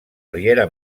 riera